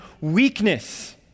weakness